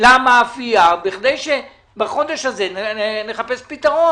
כדי שבחודש הזה נחפש פתרון.